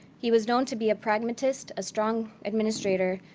he was known to be a pragmatist, a strong administrator,